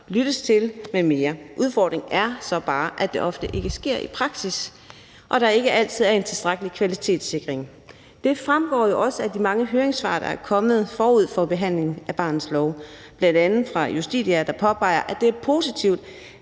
lyttes til m.m. Udfordringen er så bare, at det ofte ikke sker i praksis, og at der ikke altid er en tilstrækkelig kvalitetssikring. Det fremgår jo også af de mange høringssvar, der er kommet forud for behandlingen af barnets lov, bl.a. fra Justitia, der påpeger, at det er positivt,